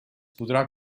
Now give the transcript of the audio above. podrà